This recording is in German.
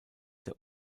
der